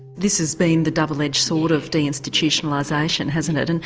this has been the double-edged sword of deinstitutionalisation hasn't it, and